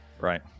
Right